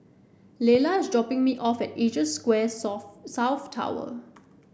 Lella is dropping me off at Asia Square South Tower